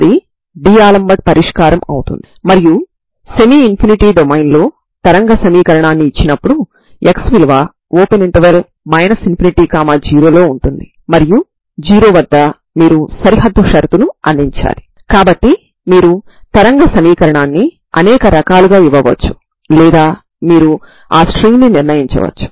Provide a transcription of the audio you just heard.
మీరు డొమైన్ ను పరిమిత ఇంటర్వెల్ a నుండి b వరకు పరిగణించినప్పుడు మనం ఇంతకు ముందు వీడియోలో స్టర్మ్ లియోవిల్లే సమస్యను తీసుకున్నాము